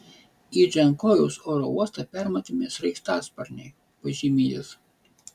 į džankojaus oro uostą permetami sraigtasparniai pažymi jis